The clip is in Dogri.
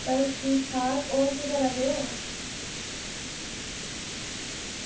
बस ठीक ठाक होर केह् करा दे ओ